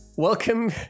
Welcome